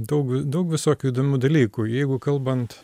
daug daug visokių įdomių dalykų jeigu kalbant